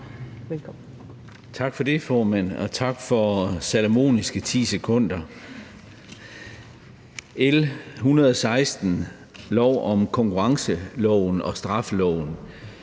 Tak for det, formand, og tak for de salomoniske ti sekunder. Vi behandler L 116, lov om konkurrenceloven og straffeloven.